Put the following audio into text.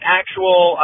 actual